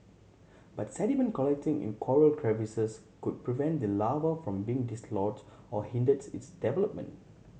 but sediment collecting in coral crevices could prevent the larva from being dislodged or hinders its development